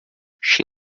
she